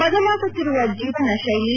ಬದಲಾಗುತ್ತಿರುವ ಜೀವನ ಶೈಲಿ